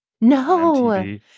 No